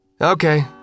Okay